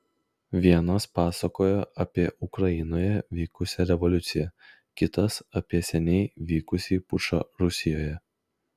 vienas pasakojo apie ukrainoje vykusią revoliuciją kitas apie seniai vykusį pučą rusijoje